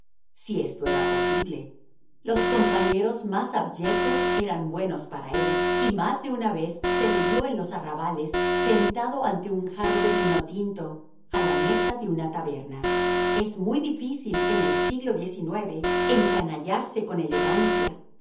si esto era posible los compañeros más abyectos eran buenos para él y más de una vez se le vio en los arrabales sentado ante un jarro de vino tinto a la mesa de una taberna es muy difícil en el siglo xix encanallarse con elegancia